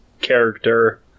character